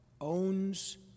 owns